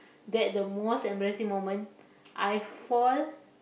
that the most embarrassing moment I fall